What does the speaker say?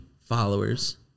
followers